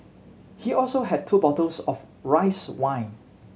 he also had two bottles of rice wine